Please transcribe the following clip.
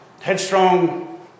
headstrong